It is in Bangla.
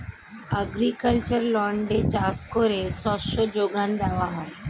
অ্যাগ্রিকালচারাল ল্যান্ডে চাষ করে শস্য যোগান দেওয়া হয়